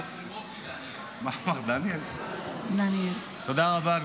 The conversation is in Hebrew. תודה רבה.